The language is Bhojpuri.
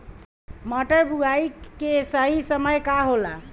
मटर बुआई के सही समय का होला?